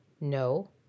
No